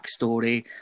backstory